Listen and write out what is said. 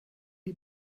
die